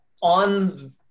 on